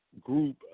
group